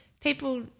people